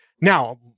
Now